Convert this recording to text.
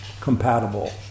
compatible